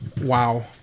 Wow